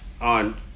on